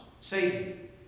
Satan